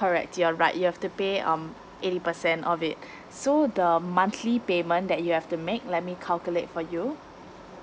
correct you're right you have to pay um eighty percent of it so the monthly payment that you have to make let me calculate for you